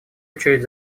очередь